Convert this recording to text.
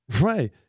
right